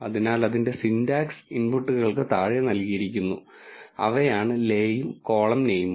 അതിനാൽ അതിന്റെ സിന്റാക്സ് ഇൻപുട്ടുകൾക്ക് താഴെ നൽകിയിരിക്കുന്നു അവയാണ് le യും കോളം നെയിമും